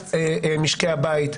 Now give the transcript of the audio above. על משקי הבית,